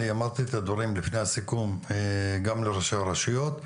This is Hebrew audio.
אני אמרתי את הדברים לפני הסיכום גם לראשי הרשויות,